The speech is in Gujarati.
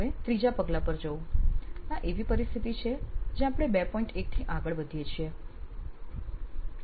હવે 3 જા પગલાં પર જવું આ એવી પરિસ્થિતિ છે જ્યાં આપણે 2થી આગળ વધીએ છીએ